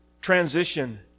transition